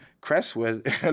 Crestwood